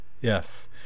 Yes